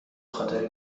خاطر